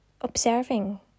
observing